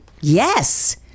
Yes